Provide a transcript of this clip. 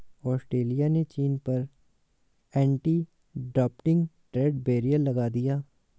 Australia ने चीन पर एंटी डंपिंग ट्रेड बैरियर लगा दिया